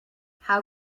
how